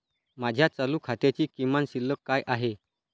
माझ्या चालू खात्याची किमान शिल्लक काय आहे?